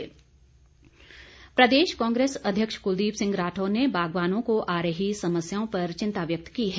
राठौर प्रदेश कांग्रेस अध्यक्ष कुलदीप सिंह राठौर ने बागवानों को आ रही समस्याओं पर चिंता व्यक्त की है